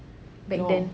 back then